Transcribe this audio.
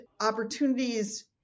opportunities